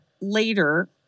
later